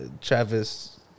Travis